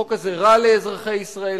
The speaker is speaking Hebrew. החוק הזה רע לאזרחי ישראל,